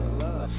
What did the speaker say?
love